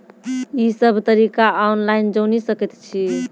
ई सब तरीका ऑनलाइन जानि सकैत छी?